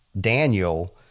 Daniel